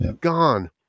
Gone